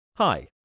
Hi